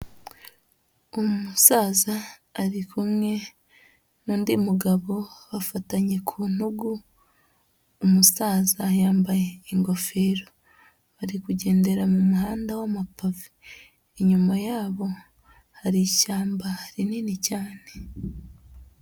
Umusaza ari kumwe n'undi mugabo bafatanye ku ntugu, umusaza yambaye ingofero, bari kugendera mu muhanda w'amapave, inyuma yabo hari ishyamba rinini cyane.